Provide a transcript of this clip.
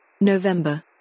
November